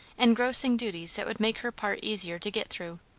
engrossing duties that would make her part easier to get through,